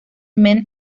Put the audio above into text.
men